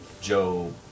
Joe